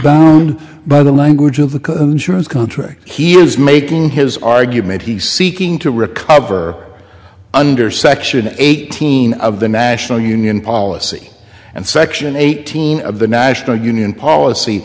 bound by the language of the insurance contract he is making his argument he's seeking to recover under section eighteen of the national union policy and section eighteen of the national union policy